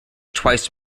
twice